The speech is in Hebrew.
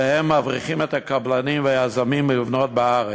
ואלה מבריחים את הקבלנים והיזמים מלבנות בארץ,